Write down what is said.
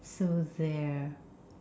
so there